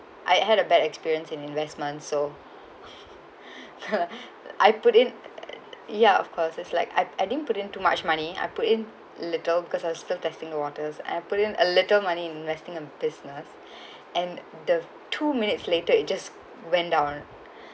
I had a bad experience in investment so I put in ya of course it's like I I didn't put in too much money I put in little because I was still testing the water I put in a little money investing a business and the two minutes later it just went down